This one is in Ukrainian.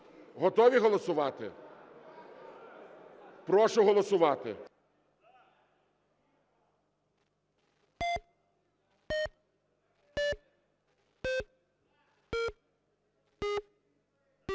Готові голосувати? Прошу голосувати.